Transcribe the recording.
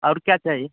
और क्या चाहिए